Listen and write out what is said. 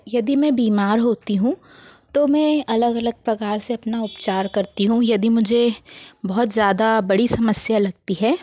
यदि मैं बीमार होती हूँ तो मैं अलग अलग प्रकार से अपना उपचार करती हूँ यदि मुझे बहुत ज़्यादा बड़ी समस्या लगती है